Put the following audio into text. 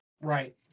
Right